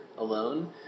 alone